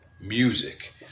music